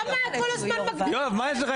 למה הם כל הזמן מקדימים את הישיבות?